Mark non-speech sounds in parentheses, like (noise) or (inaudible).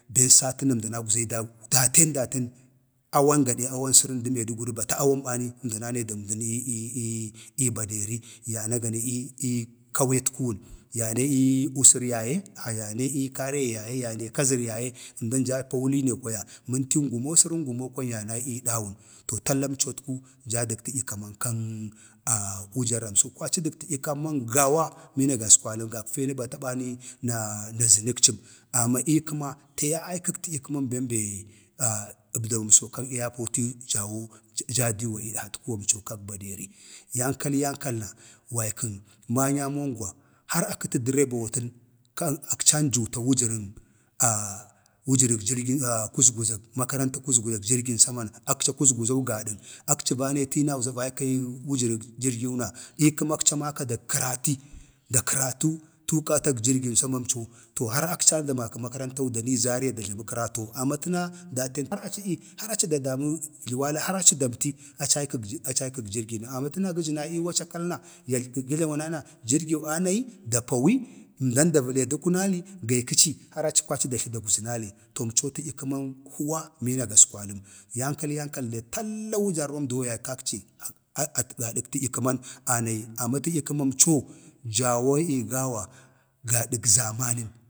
besata a na əmdan agwzi dai daten daten, awan gade awansəran də maiduguri bata awan bani əmdan anayi dai ii baderi, yana gani ii kaweeta kuwun, yanee ii wusər yaye, yaneii karayee ya ye, yanee kazr ya ye, əmdan jaa pawali, no kwaya mintin gumo səran gumo kwan ya nai ii dawun. to talla əmcotku jaa dən tədyəkəman kan wujəramso kwaci dən tədyə kəman gawa miina gaskwaləm gakfe nabatam bani na azək cim amma ii kəma, tee yaye aikak tadya kəman ben bee əbilaməinso kan eyapotəmso jaawo (unintelligible) jaa dii wa iidhatkwamco kak ədhak baderi, yan kal yankal na wakikən manyamon gwa har akətə dareba watən kan akcin njuuta wujərən wujərək jirgi wujərən kuzguzan makarantag kuzguzag jirgi saman, akci akuzguzau gadan akci va nee tiinau zaa akci vai kyayək wujərək jirgiwuna ii kəma akomaka da kərata da kərati tukatak jirgi samamco to har akci anndamakə makarantou danii zariya da jlamə karatou, amma tana datən jlamə karatou, amma təna datan har aci da damə jluwali har aci damti acaykək acaykag jirginəm amma təna gə jənai ii wacakal na ya (unintelligible) gə jlawunai na jirgiw anayi da pawi, əmdan davəla kə kunali gee kə ci har aci kwaci da tli dagwzənali, to əmco tədyə kəman huwa mina gaskwalam. yankal yankal de talla wujarramdo yay kakci gadak tədyəkəmamco jawoo ii gawa gadik zamanən,